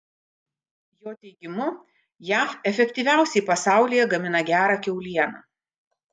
jo teigimu jav efektyviausiai pasaulyje gamina gerą kiaulieną